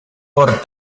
por